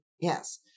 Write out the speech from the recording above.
yes